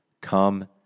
come